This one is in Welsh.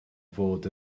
fod